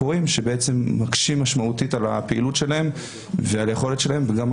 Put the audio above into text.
מקשים משמעותית על הפעילות שלהם ואיזה זה עומס